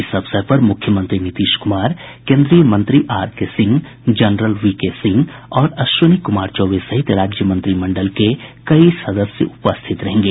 इस अवसर पर मुख्यमंत्री नीतीश कुमार केन्द्रीय मंत्री R K Singh general V K Singh और अश्विनी कुमार चौबे सहित राज्य मंत्रिमंडल के कई सदस्य उपस्थित रहेंगे